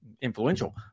influential